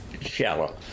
shallow